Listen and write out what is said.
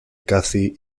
cathy